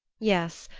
yes,